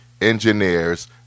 engineers